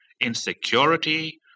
insecurity